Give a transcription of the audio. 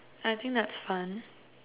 I think that's fun